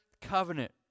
covenant